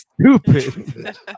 stupid